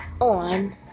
on